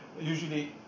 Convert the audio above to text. Usually